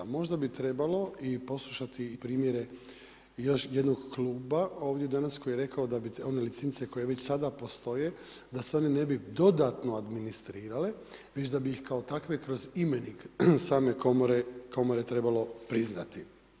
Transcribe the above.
Možda bi trebalo i poslušati i primjere još jednog kluba ovdje danas koji je rekao da one licence koje već sada postoje, da se one ne bi dodatno administrirale, već da bi ih kao takve kroz imenik same komore trebalo priznati.